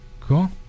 Cool